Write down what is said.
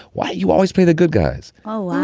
why do you always play the good guys? oh,